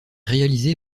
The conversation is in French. réalisé